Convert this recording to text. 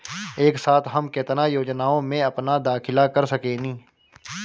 एक साथ हम केतना योजनाओ में अपना दाखिला कर सकेनी?